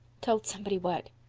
told somebody what?